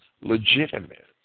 legitimate